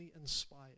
inspired